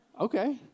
Okay